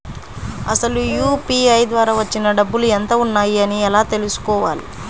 అసలు యూ.పీ.ఐ ద్వార వచ్చిన డబ్బులు ఎంత వున్నాయి అని ఎలా తెలుసుకోవాలి?